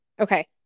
Okay